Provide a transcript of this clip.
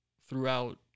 throughout